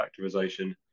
factorization